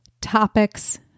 topics